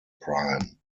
prime